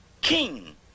king